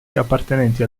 appartenenti